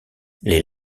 les